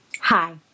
Hi